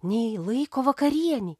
nei laiko vakarienei